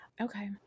Okay